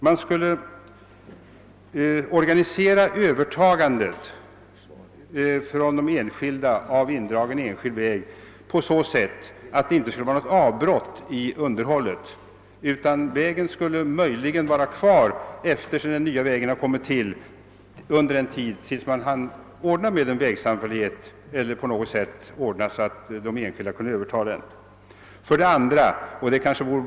Man skulle för det första organisera övertagandet från de enskildas sida av indragen allmän väg på så sätt att det inte blev något avbrott i underhållet, utan vägen skulle möjligen vara kvar efter det att den nya allmänna vägen färdigställts och till dess att man hann ordna med en vägsamfällighet eller på något sätt kunde ordna så att de enskilda övertog den indragna vägen.